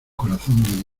corazón